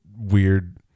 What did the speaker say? weird